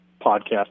podcast